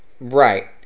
Right